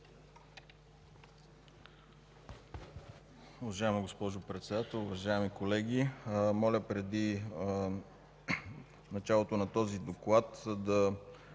Уважаема госпожо Председател, уважаеми колеги! Моля преди началото на този доклад за